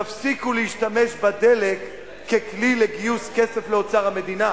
תפסיקו להשתמש בדלק ככלי לגיוס כסף לאוצר המדינה.